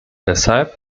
deshalb